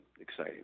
exciting